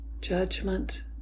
Judgment